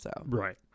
Right